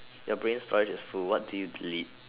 your brain storage is full what do you delete